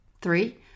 Three